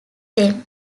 them